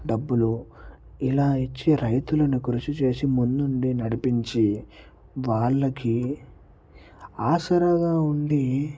డబ్బులు ఇలా ఇచ్చే రైతులను కృషి చేసి ముందుండి నడిపించి వాళ్ళకి ఆసరాగా ఉండి